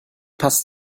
passt